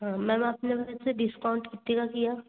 हाँ मैम आपने वैसे डिस्काउंट कितने का किया